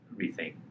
rethink